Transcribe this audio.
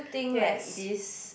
yes